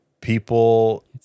people